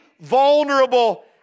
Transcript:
vulnerable